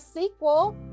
sequel